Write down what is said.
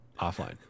offline